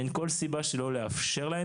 אין כל סיבה שלא לאפשר להם,